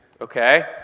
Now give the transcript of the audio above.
okay